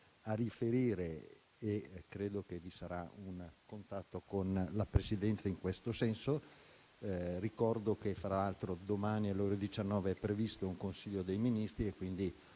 a riferire e credo che vi sarà un contatto con la Presidenza in questo senso. Ricordo fra l'altro che domani, alle ore 19, è previsto un Consiglio dei ministri e quindi